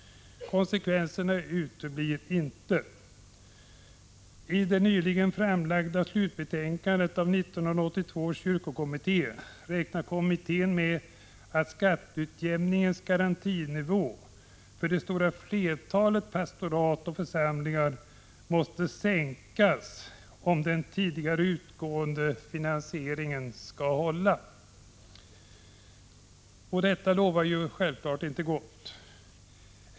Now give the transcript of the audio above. Konsekvenserna uteblir inte. I det nyligen framlagda slutbetänkandet av 1982 års kyrkokommitté räknar kommittén med att skatteutjämningens garantinivå måste sänkas för det stora flertalet pastorat och församlingar, om den tidigare utgående finansieringen skall hålla. Detta lovar självfallet inte gott.